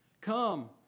Come